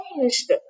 changed